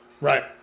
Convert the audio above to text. Right